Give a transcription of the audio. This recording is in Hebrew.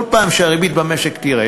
אז כל פעם שהריבית במשק תרד